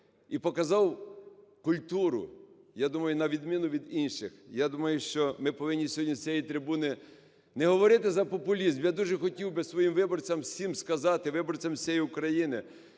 і показав культуру, я думаю, на відміну від інших. Я думаю, що ми повинні сьогодні з цієї трибуни не говорити за популізм, я дуже хотів би своїм виборцям всім сказати, виборцям всієї України,